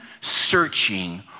searching